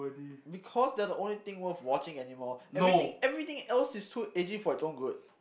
because they are the only thing worth watching anymore everything everything else is too edgy for its own good